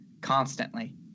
constantly